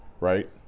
right